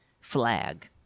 flag